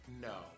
no